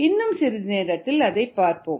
இன்னும் சிறிது நேரத்தில் அதைப் பார்ப்போம்